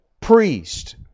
priest